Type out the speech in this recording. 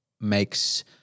makes